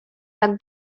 tak